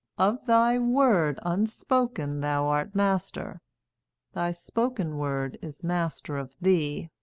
of thy word unspoken thou art master thy spoken word is master of thee.